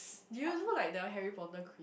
do you do you know like the Harry-Potter quiz